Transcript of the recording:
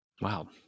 Wow